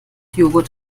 joghurt